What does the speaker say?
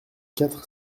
quatre